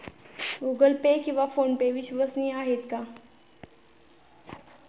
Google Pay किंवा PhonePe विश्वसनीय आहेत का?